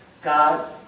God